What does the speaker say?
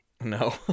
No